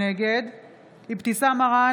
נגד אבתיסאם מראענה,